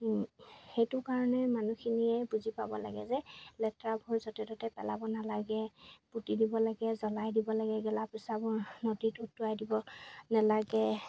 সেইটো কাৰণে মানুহখিনিয়ে বুজি পাব লাগে যে লেতেৰাবোৰ য'তে ত'তে পেলাব নালাগে পুতি দিব লাগে জ্বলাই দিব লাগে গেলা পচাবোৰ নদীত উটুৱাই দিব নালাগে